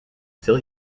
still